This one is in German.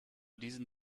diesen